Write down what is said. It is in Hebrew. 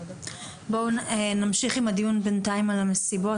בואו נמשיך בינתיים עם הדיון על המסיבות,